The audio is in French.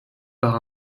par